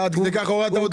עד כדי כך הורדת אותי?